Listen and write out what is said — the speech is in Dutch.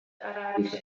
arabische